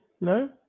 no